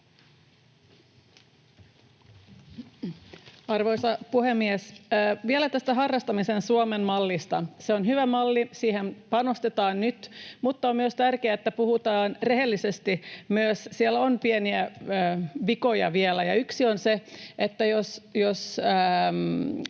Arvoisa puhemies! Vielä tästä harrastamisen Suomen-mallista. Se on hyvä malli, siihen panostetaan nyt, mutta on myös tärkeää, että puhutaan rehellisesti. Siellä on vielä myös pieniä vikoja, ja yksi on se, että jos